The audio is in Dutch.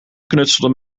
knutselden